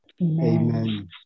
Amen